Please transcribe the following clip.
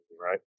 right